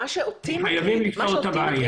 חייבים לפתור את הבעיה.